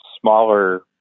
smaller